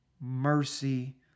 mercy